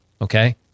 okay